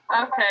Okay